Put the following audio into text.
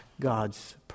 God's